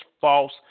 false